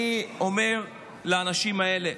אני אומר לאנשים האלה,